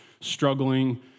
struggling